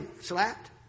slapped